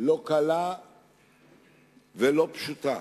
לא קלה ולא פשוטה.